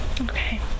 Okay